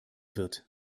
wird